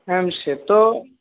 হ্যাঁ ম্যাম সেতো